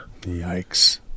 Yikes